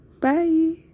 Bye